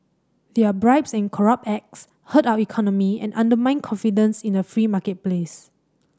their bribes and corrupt acts hurt our economy and undermine confidence in the free marketplace